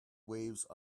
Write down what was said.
waves